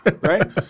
right